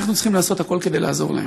אנחנו צריכים לעשות הכול כדי לעזור להם.